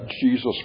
Jesus